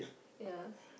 ya